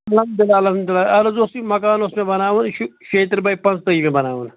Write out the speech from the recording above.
مےٚ اوس بِلال احمد ونان عرض اوس یہِ مَکانہٕ اوس مےٚ بَناوُن یہِ چھُ شیٚیہِ ترٕٛہ بَے پانٛژھ تٲجی بَناوُن